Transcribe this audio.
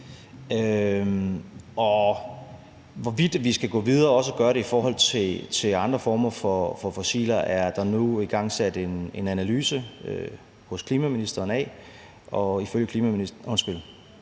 hvorvidt vi skal gå videre og også gøre det i forhold til andre former for fossile brændsler, er der nu igangsat en analyse af hos klimaministeren,